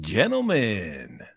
Gentlemen